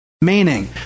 Meaning